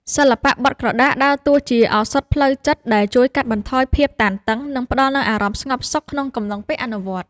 សិល្បៈបត់ក្រដាសដើរតួជាឱសថផ្លូវចិត្តដែលជួយកាត់បន្ថយភាពតានតឹង និងផ្ដល់នូវអារម្មណ៍ស្ងប់សុខក្នុងកំឡុងពេលអនុវត្ត។